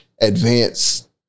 advanced